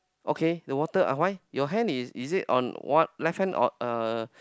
okay the water ah why your hand is is it on what left hand or uh